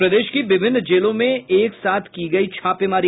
और प्रदेश की विभिन्न जेलों में एक साथ की गयी छापेमारी